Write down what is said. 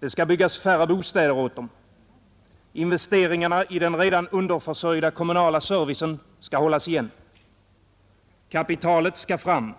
Det skall byggas färre bostäder åt dem. Investeringarna i den redan underförsörjda kommunala servicen skall hållas igen. Kapitalet skall fram.